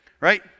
Right